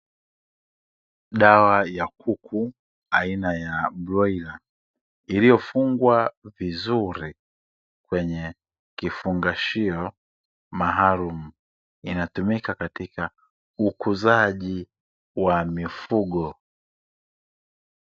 Dawa ya kuku aina ya broila iliyofungwa vizuri katika kifungashio maalumu, inayotumika katika ukuzaji wa mifugo.